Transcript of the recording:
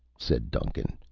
said duncan,